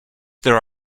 there